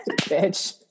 bitch